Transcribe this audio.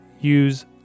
Use